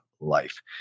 life